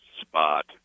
spot